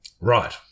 Right